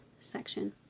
section